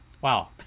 Wow